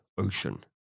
ocean